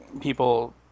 people